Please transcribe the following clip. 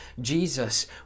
Jesus